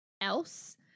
else